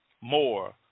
more